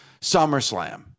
SummerSlam